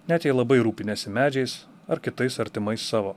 net jei labai rūpiniesi medžiais ar kitais artimais savo